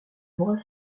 bras